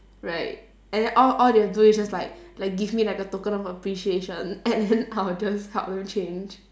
right and then all all they have to do is just like like give me like a token of appreciation and then I'll just help them change